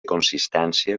consistència